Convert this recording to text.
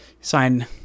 Sign